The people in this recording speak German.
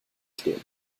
stehen